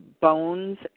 bones